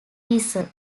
diesel